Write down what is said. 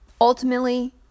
Ultimately